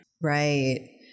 Right